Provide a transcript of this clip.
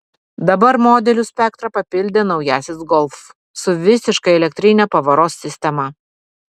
dabar modelių spektrą papildė naujasis golf su visiškai elektrine pavaros sistema